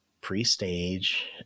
Pre-stage